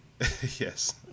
Yes